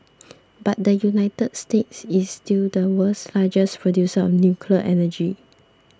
but the United States is still the world's largest producer of nuclear energy